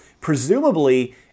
Presumably